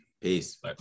peace